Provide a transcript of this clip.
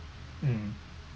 mm